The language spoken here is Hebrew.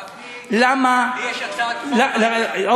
גפני, לי יש הצעת חוק בעניין.